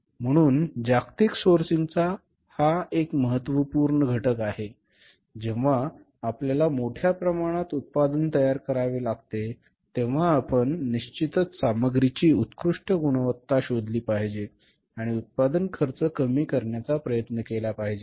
म्हणून जागतिक सोर्सिंग हा एक महत्त्वपूर्ण घटक आहे जेव्हा आपल्याला मोठ्या प्रमाणात उत्पादन तयार करावे लागते तेव्हा आपण निश्चितच सामग्रीची उत्कृष्ट गुणवत्ता शोधली पाहिजे आणि उत्पादन खर्च कमी करण्याचा प्रयत्न केला पाहिजे